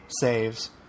saves